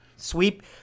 Sweep